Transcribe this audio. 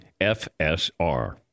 FSR